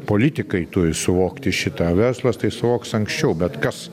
politikai turi suvokti šitą verslas tai suvoks anksčiau bet kas